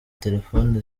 telefone